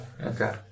okay